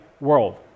world